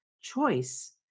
choice